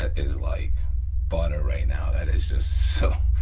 ah is like butter right now, that is just so,